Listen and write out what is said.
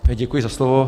Děkuji za slovo.